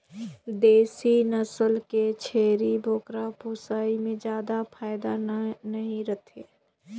देसी नसल के छेरी बोकरा पोसई में जादा फायदा नइ रहें